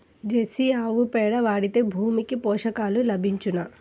Jersey ఆవు పేడ వాడితే భూమికి పోషకాలు లభించునా?